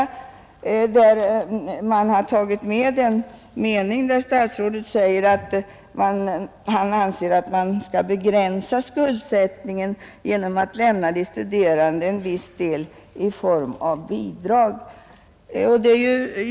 De har tagit med den mening där statsrådet säger att han anser att man skall begränsa skuldsättningen genom att lämna de studerande en viss del i form av bidrag.